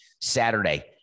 Saturday